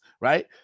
right